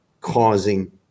causing